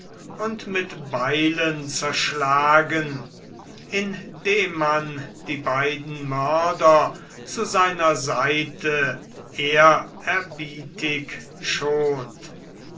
und mit beilen zerschlagen indem man die beiden mörder zu seiner seite ehrerbietig schont